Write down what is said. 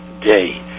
day